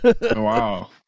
Wow